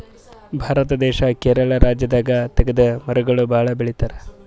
ಭಾರತ ದೇಶ್ ಕೇರಳ ರಾಜ್ಯದಾಗ್ ತೇಗದ್ ಮರಗೊಳ್ ಭಾಳ್ ಬೆಳಿತಾರ್